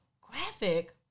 graphic